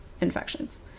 infections